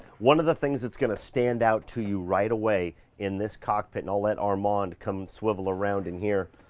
one of the things that's gonna stand out to you right away in this cockpit, and i'll let armand come and swivel around in here,